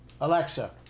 Alexa